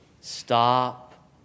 stop